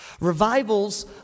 Revivals